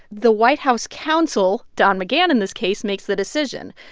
the white house counsel don mcgahn in this case makes the decision.